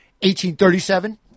1837